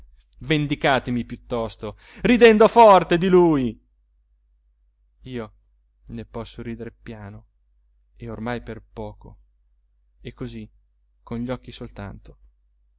qua vendicatemi piuttosto ridendo forte di lui io ne posso rider piano e ormai per poco e così con gli occhi soltanto